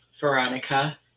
Veronica